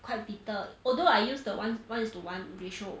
quite bitter although I use the one one is to one ratio